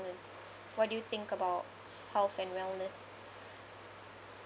what do you think about health and wellness